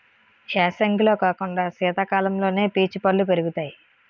ఏసంగిలో కాకుండా సీతకాలంలోనే పీచు పల్లు పెరుగుతాయి